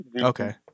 Okay